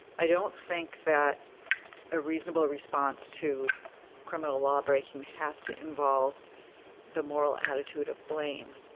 i don't think that a reasonable response to criminal lawbreaking has to involved the moral attitude of blame.